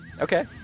Okay